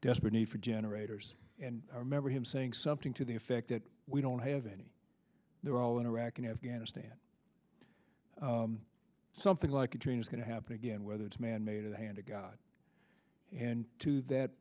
desperate need for generators and i remember him saying something to the effect that we don't have any they're all in iraq and afghanistan something like a train is going to happen again whether it's manmade or the hand of god and to that